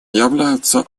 являются